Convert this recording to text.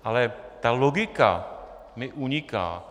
Ale ta logika mi uniká.